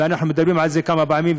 ואנחנו דיברנו על זה כמה פעמים,